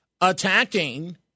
attacking